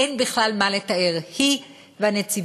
אין בכלל מה לתאר, היא והנציבות,